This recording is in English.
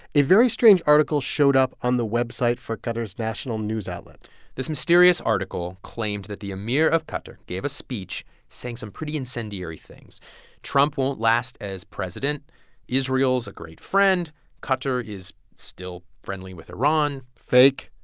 a very strange article showed up on the website for qatar's national news outlet this mysterious article claimed that the emir of qatar gave a speech saying some pretty incendiary things trump won't last as president israel's a great friend qatar is still friendly with iran fake,